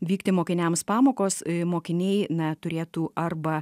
vykti mokiniams pamokos mokiniai na turėtų arba